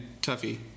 Tuffy